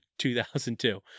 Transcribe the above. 2002